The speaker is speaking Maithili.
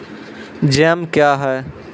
जैम क्या हैं?